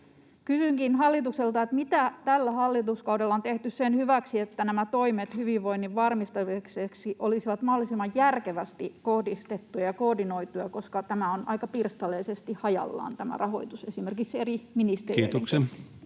Kysynkin hallitukselta: mitä tällä hallituskaudella on tehty sen hyväksi, että nämä toimet hyvinvoinnin varmistamiseksi olisivat mahdollisimman järkevästi kohdistettuja ja koordinoituja, koska tämä rahoitus on aika pirstaleisesti hajallaan esimerkiksi